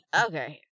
Okay